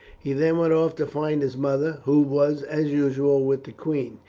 he then went off to find his mother, who was as usual with the queen.